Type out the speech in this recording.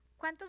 ¿Cuántos